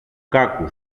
κάκου